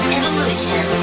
evolution